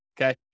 okay